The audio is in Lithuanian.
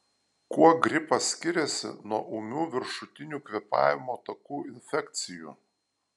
kuo gripas skiriasi nuo ūmių viršutinių kvėpavimo takų infekcijų